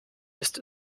ist